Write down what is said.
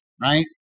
right